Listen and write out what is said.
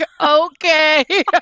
Okay